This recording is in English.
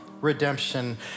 redemption